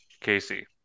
Casey